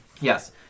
Yes